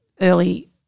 early